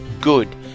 Good